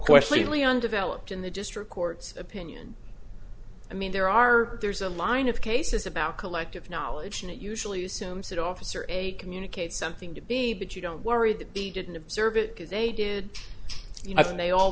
question really undeveloped in the district court's opinion i mean there are there's a mine of cases about collective knowledge and it usually assumes that officer is a communicate something to be but you don't worry that he didn't observe it because they did i think they all